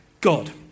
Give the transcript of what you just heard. God